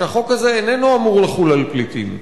שהחוק הזה איננו אמור לחול על פליטים.